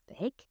big